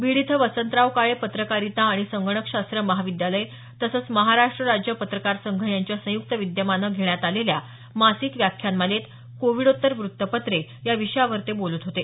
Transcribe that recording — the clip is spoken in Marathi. बीड इथं वसंतराव काळे पत्रकारिता आणि संगणकशास्त्र महाविद्यालय तसंच महाराष्ट्र राज्य पत्रकार संघ यांच्या संयुक्त विद्यमानं घेण्यात आलेल्या मासिक व्याख्यानमालेत कोविडोत्तर वृत्तपत्रे या विषयावर ते बोलत होते